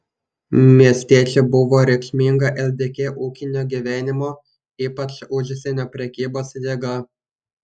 miestiečiai buvo reikšminga ldk ūkinio gyvenimo ypač užsienio prekybos jėga